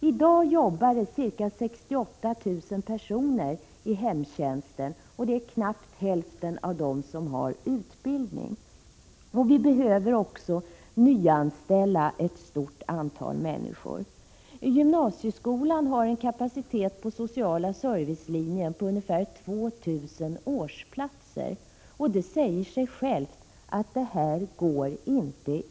I dag jobbar ca 68 000 personer inom hemtjänsten, och knappt hälften av dem har utbildning. Vi behöver också nyanställa ett stort antal människor. Gymnasieskolan har en kapacitet på sociala servicelinjen på ungefär 2 000 årsplatser. Det säger sig självt att det här inte går ihop.